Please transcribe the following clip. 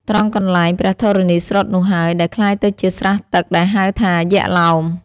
ត្រង់កន្លែងព្រះធរណីស្រុតនោះហើយ ដែលក្លាយទៅជាស្រះទឹក ដែលហៅថាយក្ខឡោម។